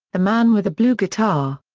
the man with the blue guitar.